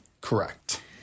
Correct